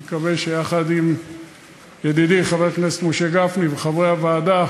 אני מקווה שיחד עם ידידי חבר הכנסת משה גפני וחברי הוועדה